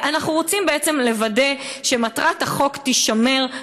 אנחנו רוצים בעצם לוודא שמטרת החוק תישמר,